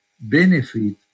benefit